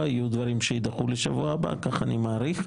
לא התרשמתי שלממשלה חסרים חוקים ממשלתיים שדורשים פטור מחובת הנחה,